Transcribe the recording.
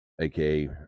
aka